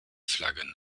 flaggen